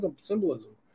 symbolism